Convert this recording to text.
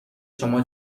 شما